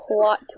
plot